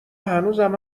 هنوزم